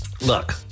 Look